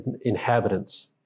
inhabitants